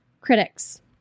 Critics